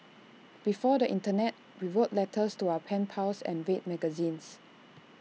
before the Internet we wrote letters to our pen pals and read magazines